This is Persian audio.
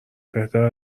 بهتر